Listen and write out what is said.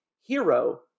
hero